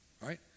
right